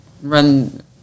run